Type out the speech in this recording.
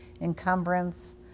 encumbrance